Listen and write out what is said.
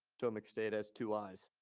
potomac state has two ayes.